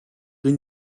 энэ